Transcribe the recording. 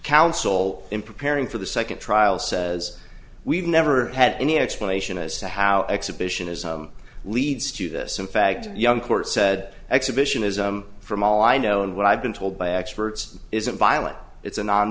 counsel in preparing for the second trial says we've never had any explanation as to how exhibitionism leads to this in fact young court said exhibitionism from all i know and what i've been told by experts isn't violent it's a non